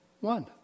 one